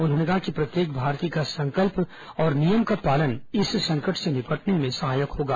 उन्होंने कहा कि प्रत्येक भारतीय का संकल्प और नियम का पालन इस संकट से निपटने में सहायक होगा